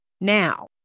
now